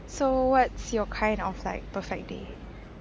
so what's your kind of like perfect day